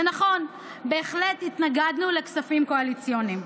ונכון, בהחלט התנגדנו לכספים קואליציוניים.